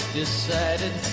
decided